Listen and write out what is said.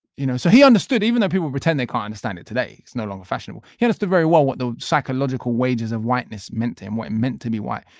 you know, so he understood even though people pretend they can understand it today, it's no longer fashionable yet it's the very well what the psychological wages of whiteness meant to him, what it meant to be white.